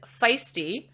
Feisty